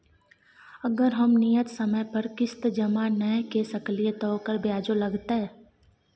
अगर हम नियत समय पर किस्त जमा नय के सकलिए त ओकर ब्याजो लगतै?